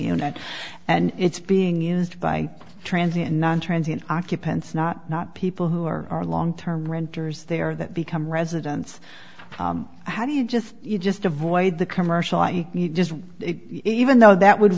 unit and it's being used by transit and non transit occupants not not people who are long term renters they are that become residents how do you just you just avoid the commercial i need just even though that would